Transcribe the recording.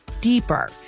deeper